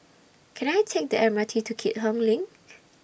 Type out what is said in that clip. Can I Take The M R T to Keat Hong LINK